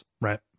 Right